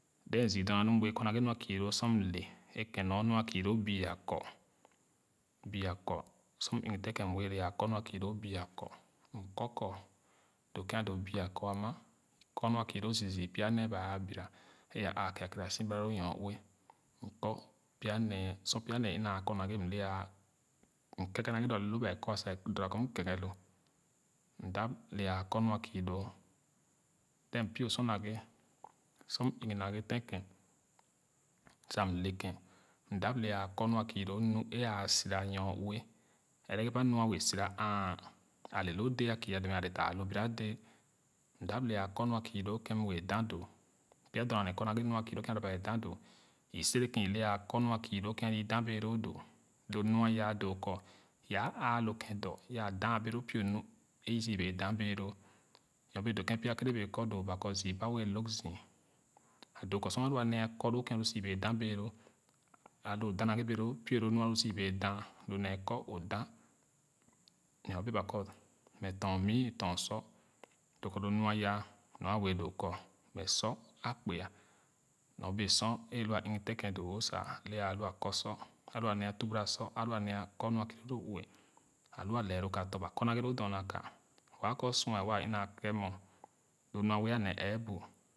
Then zii dorna nu ē wɛɛ kɔ naghe nɔ’a kii loo na bii akɔ’bii akɔ sor m igiten ken m bee le a kɔ nu a kii loo bii akɔr m kɔ kɔ doo kèn a doo bii akɔ’ ama m kɔ nu a kii loo zii zii pya nee ba aa bira ē āā kere si bara loo nyoue m kɔ pya nee sor pya nee é ina kɔ naghe m le ay m keege naghe lo ba doo kɔ m keege loo m d lee ay kɔ nu a kii loo them pie sor naghe sor m igi naghe tèn kén sa m le kén m dap le cakɔ nu a kii nu ē aa sira nyoue ɛrɛ ba nu a wɛɛ siraàà ale lo dɛɛ a kii ay demɛ ale taa lo bira dɛɛ m dap le a kɔ nu a kiiloo kèn m wɛɛ da doo pya dorna nee kɔ naghe kèn a bara ba wɛɛ da doo i sere kèn i lɛ ay kɔ nu akii loo kèn ali da bèè loo nu aya doo kɔ yaa āā lo kèn dɔ yaa daa bee loo pie nu ē isù bee daa bee loo nyobee doo kèn pya kèrè é bee kordoo kɔ zii ba wɛɛ lōg zii a doo kɔ sor alua nee kɔ loo kén o sii wɛɛ da loo alo o danaghe bee loo lo nu é o sü bee da nee kɔ o dah nyo bee ba kɔ mɛ tɔn nii tɔn sɔ doo kɔ lo. nu àya a wɛɛ doo kɔ mɛ sɔ a kpeah nyo bee sor alua igi tènkèn doo wo sa é alo a kɔ sɔ alua tubara. Sɔ alua nee a kɔ nɔ’a kii loo lo ue a lu a lee lo ka tɔ̄ ba kɔ naghe lo doma ka waa kɔ o sua waa ina keeke mug lo nɔ’a wɛɛ a nee ɛebu